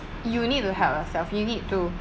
you need to help yourself you need to